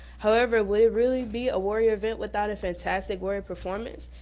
however, would it really be a warrior event without a fantastic warrior performance?